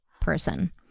person